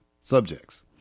subjects